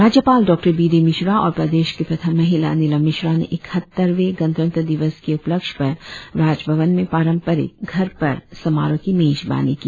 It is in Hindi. राज्यपाल डॉ बी डी मिश्रा और प्रदेश की प्रथम महिला निलम मिश्रा ने इकहत्तर गणतंत्र दिवस की उपलक्ष पर राज भवन में पारंपरिक घर पर समारोह की मेजबानी की